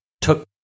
took